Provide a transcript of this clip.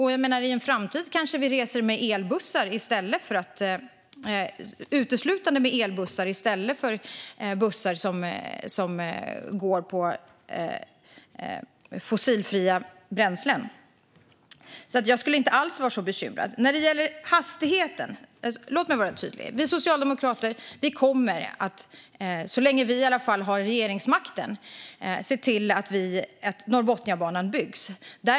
I en framtid kanske vi reser uteslutande med elbussar i stället för med bussar som går på fossila bränslen. Jag skulle inte alls vara så bekymrad. Låt mig vara tydlig när det gäller hastigheten. Vi socialdemokrater kommer, i alla fall så länge vi har regeringsmakten, att se till att Norrbotniabanan byggs.